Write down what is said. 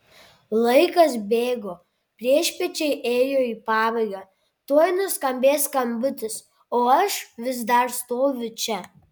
laikas bėgo priešpiečiai ėjo į pabaigą tuoj nuskambės skambutis o aš vis dar stoviu čia